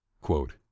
quote